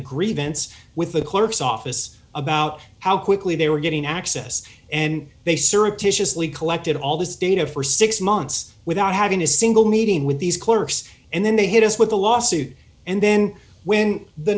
grievance with the clerk's office about how quickly they were getting access and they surreptitiously collected all this data for six months without having a single meeting with these clerks and then they hit us with a lawsuit and then when the